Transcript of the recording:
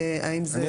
האם זה ---?